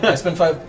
but spend five